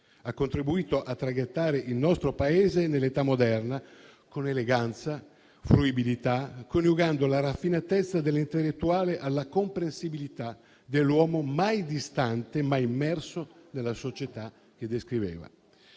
Ha contribuito a traghettare il nostro Paese nell'età moderna con eleganza e fruibilità, coniugando la raffinatezza dell'intellettuale alla comprensibilità dell'uomo mai distante ma immerso nella società che descriveva.